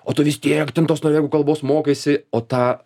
o tu vis tiek ten tos norvegų kalbos mokaisi o tą